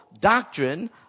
doctrine